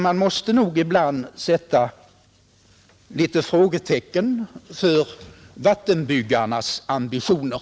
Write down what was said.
Man måste nog ibland sätta frågetecken för vattenbyggarnas ambitioner.